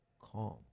calm